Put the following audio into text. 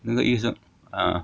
那个医生啊